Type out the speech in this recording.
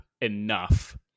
enough